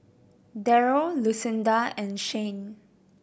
Darrell Lucinda and Shane